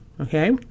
okay